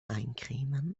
eincremen